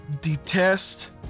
detest